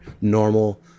normal